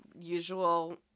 usual